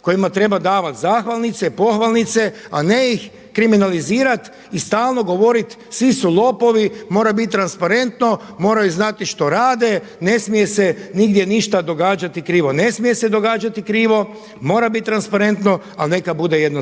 kojima treba davati zahvalnice, pohvalnice a ne ih kriminalizirat i stalno govorit svi su lopovi, mora bit transparentno, moraju znati što rade, ne smije se nigdje ništa događati krivo. Ne smije se događati krivo, mora biti transparentno ali neka bude jednostavno.